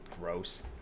gross